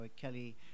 Kelly